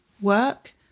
work